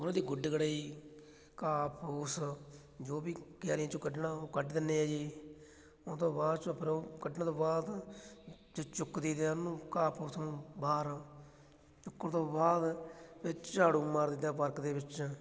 ਉਹਨਾਂ ਦੀ ਗੁੱਡ ਗੁਡਾਈ ਜੀ ਘਾਹ ਫੂਸ ਜੋ ਵੀ ਕਿਆਰੀਆਂ 'ਚੋਂ ਕੱਢਣਾ ਉਹ ਕੱਢ ਦਿੰਦੇ ਹਾਂ ਜੀ ਉਹ ਤੋਂ ਬਾਅਦ 'ਚੋਂ ਫੇਰ ਉਹ ਕੱਢਣ ਤੋਂ ਬਾਅਦ ਅਤੇ ਚੁੱਕ ਦਈਦਾ ਉਹਨੂੰ ਘਾਹ ਫੂਸ ਨੂੰ ਬਾਹਰ ਚੁੱਕਣ ਤੋਂ ਬਾਅਦ ਫੇਰ ਝਾੜੂ ਮਾਰ ਦਈਦਾ ਪਾਰਕ ਦੇ ਵਿੱਚ